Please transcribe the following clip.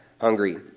hungry